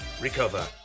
Recover